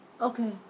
Okay